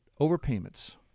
overpayments